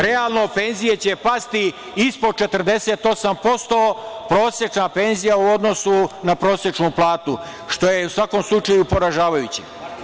Realno penzije će pasti ispod 48%, prosečna penzija u odnosu na prosečnu platu, što je u svakom slučaju poražavajuće.